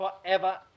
forever